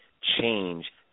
change